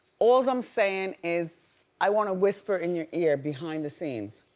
alls i'm saying is i wanna whisper in your ear behind the scenes.